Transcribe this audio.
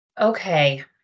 okay